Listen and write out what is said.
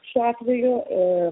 šiuo atveju o